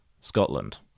Scotland